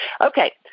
Okay